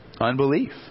unbelief